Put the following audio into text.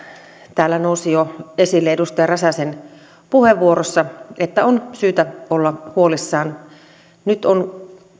täällä nousi jo esille edustaja räsäsen puheenvuorossa että on syytä olla huolissaan tilanne on